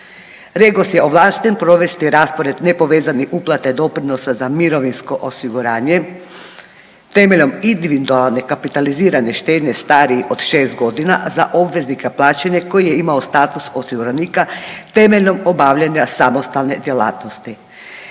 REGOS je ovlašten provesti raspored nepovezanih uplata i doprinosa za mirovinsko osiguranje temeljem individualne kapitalizirane štednje starije od 6 godina za obveznika plaćanja koji je imao status osiguranika temeljnom obavljanja samostalne djelatnosti.